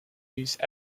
use